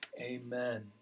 Amen